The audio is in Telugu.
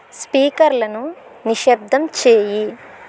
స్పీకర్లను నిశ్శబ్దం చేయి